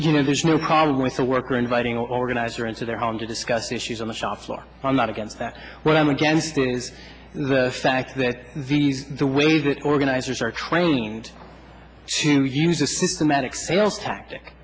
you know there's no problem with a worker inviting organizer into their home to discuss issues on the shop floor i'm not against that what i am against is the fact that these are the ways that organizers are trained to use a systematic sales tactic